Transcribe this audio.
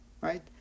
Right